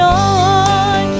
on